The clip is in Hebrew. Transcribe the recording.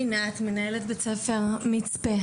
שמי רינת ואני מנהלת בית ספר מצפה